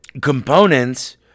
components